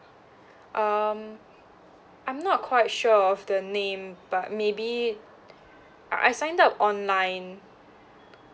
um I'm not quite sure of the name but maybe I I sign up online